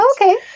Okay